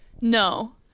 No